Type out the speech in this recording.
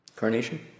carnation